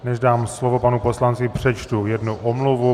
Než dám slovo panu poslanci, přečtu jednu omluvu.